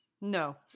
No